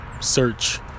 search